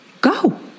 go